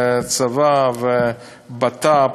הצבא ובט"פ,